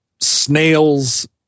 snails